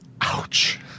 Ouch